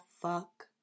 fuck